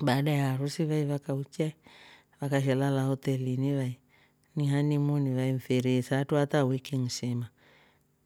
Baada ya harusi ve vakauchya vakashe lala hotelini vai ni hanimuni vai mfiri isatru hata wiki nsima